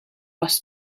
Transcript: was